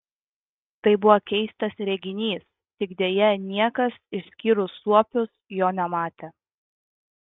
tai buvo keistas reginys tik deja niekas išskyrus suopius jo nematė